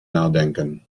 nadenken